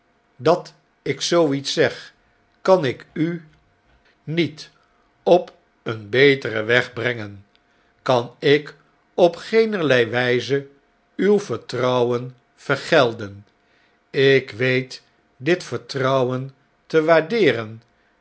dat ik zoo iets zeg kan ik uniet op een beteren weg brengen kan ik opgeenerlei wjjze uw vertrouwen vergelden ik weet dit vertrouwen te waardeeren